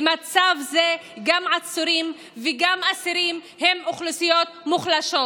במצב זה גם עצורים וגם אסירים הם אוכלוסיות מוחלשות.